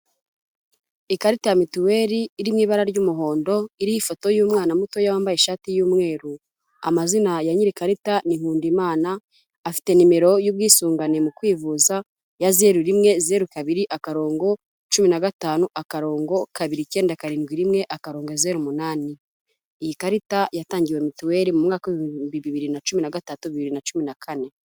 Ikarita ya mituweri iri mu ibara ry'umuhondo, iriho ifoto y'umwana muto wambaye ishati y'umweru, amazina ya nyirikarita ni Nkundimana. Afite nimero y'ubwisungane mu kwivuza ya zeru rimwe zeru kabiri akarongo, cumi nagatanu, akarongo, kabiri icyenda karindwi rimwe, akarongo, zeru umunani. Iyi karita yatangiwe mituweli mu mwaka w'ibihumbi bibiri na cumi na gatatu, bibiri na cumi na kane.